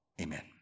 amen